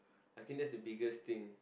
I think that's the biggest thing